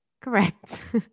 Correct